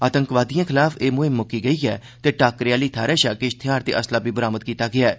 आतंकवादियें खलाफ एह् मुहिम मुक्की गेई ऐ ते टाक्करे आहली थाहरा शा किश हथेआर ते असलाह बी बरामद कीता गेआ ऐ